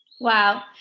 Wow